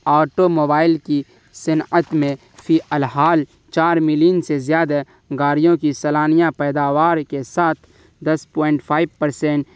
auto mobile کی صنعت میں فی الحال چار ملین سے زیادہ گاڑیوں کی سالانیہ پیداوار کے ساتھ دس پوائنٹ فائو پرسنٹ